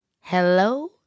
Hello